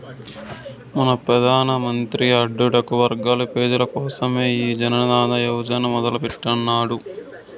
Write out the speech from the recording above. మన పెదానమంత్రి అట్టడుగు వర్గాల పేజీల కోసరమే ఈ జనదన యోజన మొదలెట్టిన్నాడు